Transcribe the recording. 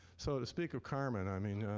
so, to speak of carmen i mean,